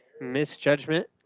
misjudgment